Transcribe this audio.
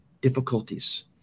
difficulties